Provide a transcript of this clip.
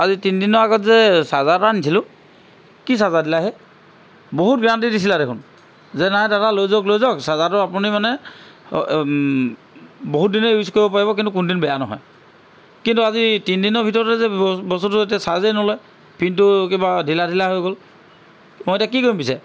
আজি তিনিদিনৰ আগত যে চাৰ্জাৰ এটা আনিছিলো কি চাৰ্জাৰ দিলা হে বহুত গেৰাণ্টি দিছিলা দেখোন যে নাই দাদা লৈ যাওক লৈ যাওক চাৰ্জাৰটো আপুনি মানে বহুত দিনেই ইউজ কৰিব পাৰিব কিন্তু কোনো দিনেই বেয়া নহয় কিন্তু আজি তিনিদিনৰ ভিতৰতে যে ব বস্তুটো এতিয়া চাৰ্জেই নলয় পিনটো কিবা ঢিলা ঢিলা হৈ গ'ল মই এতিয়া কি কৰিম পিছে